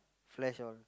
flash all